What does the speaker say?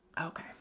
Okay